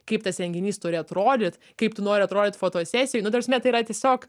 kaip tas renginys turi atrodyt kaip tu nori atrodyt fotosesijoj nu ta prasme tai yra tiesiog